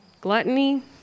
gluttony